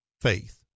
faith